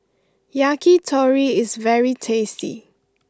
Yakitori is very tasty